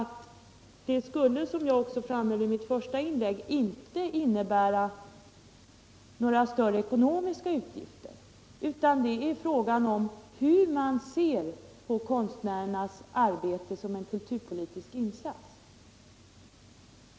Det skulle, som jag också framhöll i mitt första inlägg, inte innebära några större ekonomiska utgifter, utan vad det är fråga om är hur man ser på konstnärernas arbete som en kulturpolitisk insats.